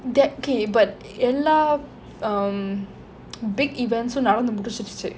that K but எல்லா:ella um big events நடந்து முடிஞ்சிருச்சு:nadanthu mudinjuruchu